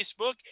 Facebook